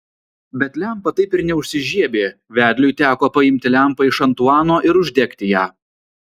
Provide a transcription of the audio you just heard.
bet lempa taip ir neužsižiebė vedliui teko paimti lempą iš antuano ir uždegti ją